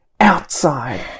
outside